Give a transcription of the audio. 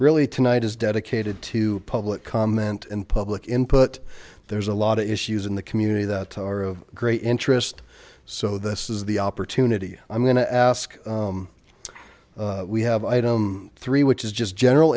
really tonight is dedicated to public comment and public input there's a lot of issues in the community that are of great interest so this is the opportunity i'm going to ask we have item three which is just general